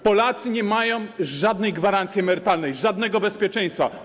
Polacy nie mają żadnej gwarancji emerytalnej, żadnego bezpieczeństwa.